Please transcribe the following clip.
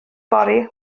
fory